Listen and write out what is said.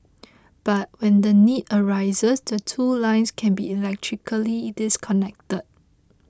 but when the need arises the two lines can be electrically disconnected